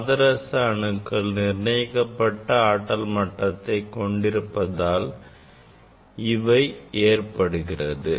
பாதரச அணுக்கள் நிர்ணயிக்கப்பட்ட ஆற்றல் மட்டத்தை கொண்டிருப்பதால் இவை ஏற்படுகிறது